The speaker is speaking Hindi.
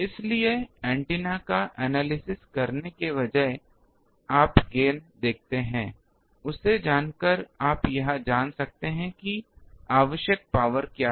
इसलिए ऐन्टेना का विश्लेषण करने के बजाय आप गेन देखते हैं उसे जानकर आप यह जान सकते हैं कि आवश्यक पावर क्या है